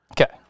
Okay